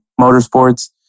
motorsports